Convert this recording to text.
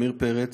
עמיר פרץ,